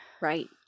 Right